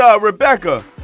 Rebecca